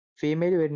female